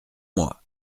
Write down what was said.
moi